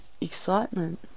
excitement